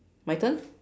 my turn